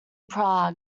prague